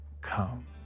come